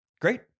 Great